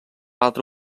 altra